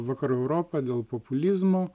vakarų europą dėl populizmo